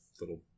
little